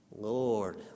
Lord